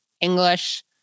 English